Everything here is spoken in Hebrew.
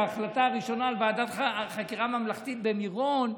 הרי ההחלטה הראשונה היא על ועדת חקירה ממלכתית במירון,